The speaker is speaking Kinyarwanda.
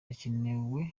hakenewe